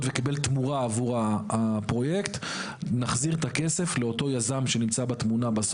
וקיבל תמורה עבור הפרויקט נחזיר את הכסף לאותו יזם שנמצא בתמונה.